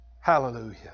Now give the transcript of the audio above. Hallelujah